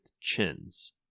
chins